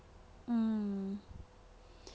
mm